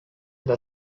the